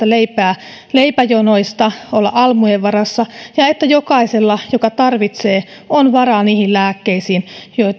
leipää leipäjonoista olla almujen varassa ja että jokaisella joka tarvitsee on varaa niihin lääkkeisiin